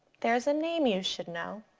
there's a name you should know.